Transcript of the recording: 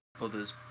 others